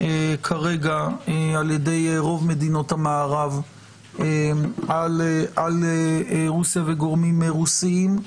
כרגע על ידי רוב מדינות המערב על רוסיה וגורמים רוסיים.